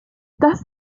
das